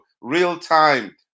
real-time